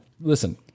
listen